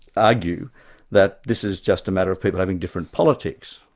argue that this is just a matter of people having different politics.